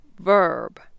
verb